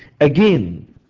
Again